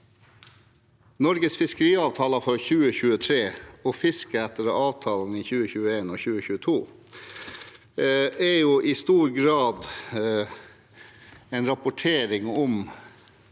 Norges fiskeriavtaler for 2023 og fisket etter avtalene i 2021 og 2022 er i stor grad en rapportering om